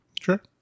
Sure